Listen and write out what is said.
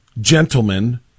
gentlemen